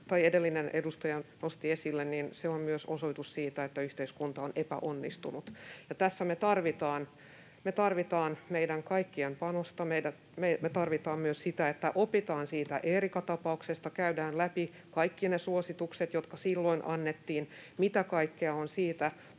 tässä edellinen edustaja nosti esille, se on myös osoitus siitä, että yhteiskunta on epäonnistunut. Tässä me tarvitaan meidän kaikkien panosta, me tarvitaan myös sitä, että opitaan siitä Eerika-tapauksesta. Käydään läpi kaikki ne suositukset, jotka silloin annettiin: mitä kaikkea on siitä